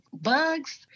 bugs